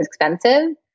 expensive